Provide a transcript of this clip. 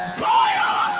fire